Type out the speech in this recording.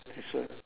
that's what